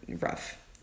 rough